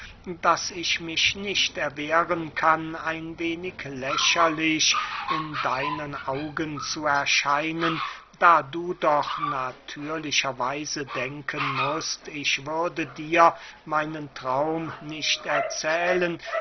daß ich mich nicht erwehren kann ein wenig lächerlich in deinen augen zu erscheinen da du doch natürlicher weise denken mußt ich würde dir meinen traum nicht erzählen